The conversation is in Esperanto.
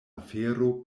afero